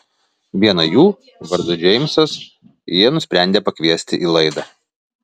vieną jų vardu džeimsas jie nusprendė pakviesti į laidą